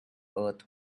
earth